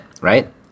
Right